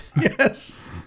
yes